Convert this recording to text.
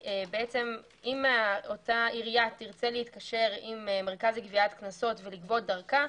אם אותה עירייה תרצה להתקשר עם המרכז לגביית קנסות ולגבות דרכה,